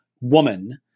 woman